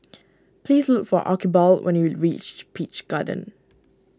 please look for Archibald when you reach Peach Garden